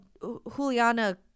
Juliana